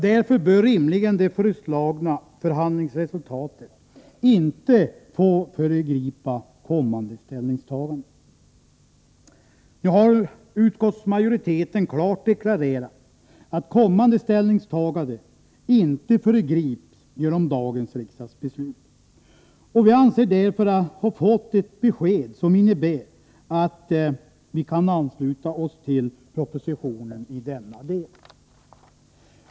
Därför bör rimligen det föreslagna förhandlingsresultatet inte få föregripa kommande ställningstagande. Nu har utskottsmajoriteten klart deklarerat att kommande ställningstagande inte föregrips genom dagens riksdagsbeslut. Vi anser oss därför ha fått ett besked som innebär att vi kan ansluta oss till propositionen i denna del.